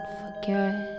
forget